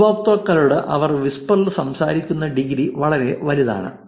ഉപയോക്താക്കളോട് അവർ വിസ്പറിൽ സംവദിക്കുന്ന ഡിഗ്രി വളരെ വലുതാണ്